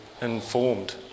informed